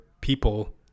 people